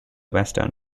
western